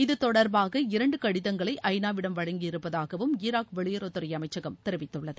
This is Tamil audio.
இது தொடர்பாக இரண்டு கடிதங்களை ஐ நாவிடம் வழங்கியிருப்பதாக ஈராக் வெளியுறவுத்துறை அமைச்சகம் தெரிவித்துள்ளது